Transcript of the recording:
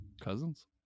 Cousins